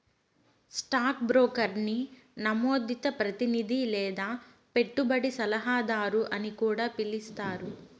stock బ్రోకర్ని నమోదిత ప్రతినిది లేదా పెట్టుబడి సలహాదారు అని కూడా పిలిస్తారు